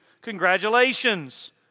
Congratulations